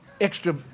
extra